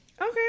Okay